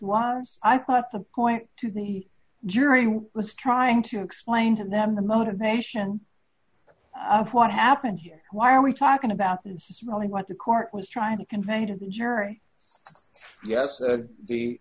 was i thought the point to the jury was trying to explain to them the motivation of what happened here why are we talking about this is really what the court was trying to convey to the jury